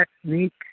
technique